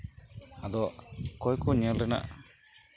ᱟᱫᱚ ᱚᱠᱚᱭ ᱠᱚ ᱧᱮᱞ ᱨᱮᱱᱟᱜ